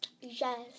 yes